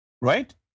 Right